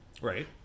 Right